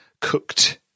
cooked